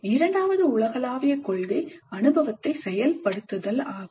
இரண்டாவது உலகளாவிய கொள்கை அனுபவத்தை செயல்படுத்துதல் ஆகும்